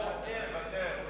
מוותר.